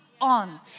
on